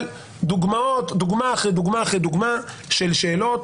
רק אגיד שיש פה דוגמה אחרי דוגמה אחרי דוגמה של שאלות